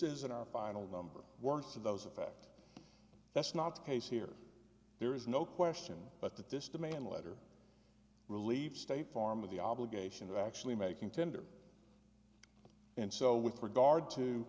this isn't our final number words to those effect that's not the case here there is no question but that this demand letter relieves state farm of the obligation of actually making tender and so with regard to